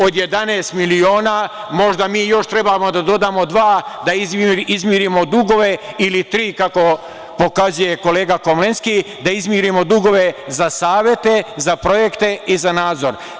Od 11 miliona možda mi još treba da dodamo dva da izmirimo dugove ili tri kako pokazuje kolega Komlenski, da izmirimo dugove za savete, za projekte i za nadzor.